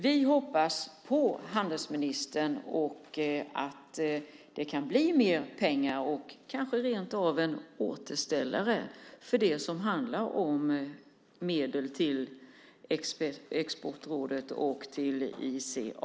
Vi hoppas på handelsministern och att det kan bli mer pengar och kanske rent av en återställare när det gäller medel till Exportrådet och till ISA.